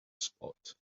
spot